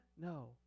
No